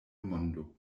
mondo